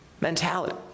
mentality